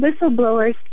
whistleblowers